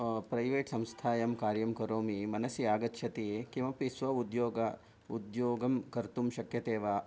private संस्थायां कार्यं करोमि मनसि आगच्छति किमपि स्व उद्योगं कर्तुं शक्यते वा